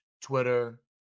Twitter